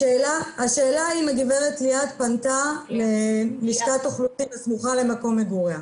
השאלה אם הגב' פליאה פנתה ללשכת האוכלוסין הסמוכה למקום מגוריה.